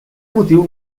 motiu